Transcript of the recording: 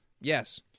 Yes